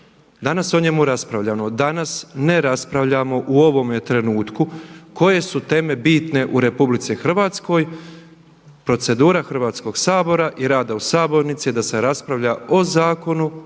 danas o njemu raspravljamo. Danas ne raspravljamo u ovome trenutku koje su teme bitne u RH, procedura Hrvatskog sabora i rada u sabornici je da se raspravlja o Zakonu